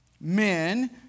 men